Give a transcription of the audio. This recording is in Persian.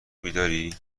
بیداری